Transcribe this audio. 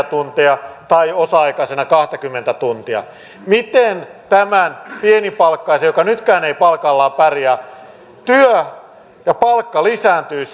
tunteja tai osa aikaisena kahtakymmentä tuntia niin miten tämän pienipalkkaisen joka nytkään ei palkallaan pärjää työ ja palkka lisääntyvät